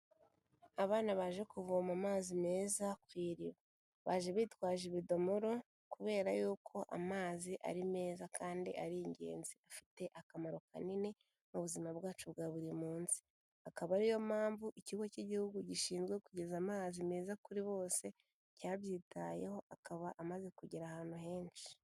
Abana baje kuvoma amazi meza ku iriba, baje bitwaje ibidomoro kubera yuko amazi ari meza kandi ari ingenzi, afite akamaro kanini mu buzima bwacu bwa buri munsi, akaba ariyo mpamvu ikigo cy'igihugu gishinzwe kugeza amazi meza kuri bose, cyabyitayeho akaba amaze kugera ahantu henshi.